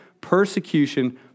persecution